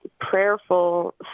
prayerful